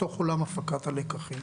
בתוך עולם הפקת הלקחים.